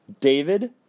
David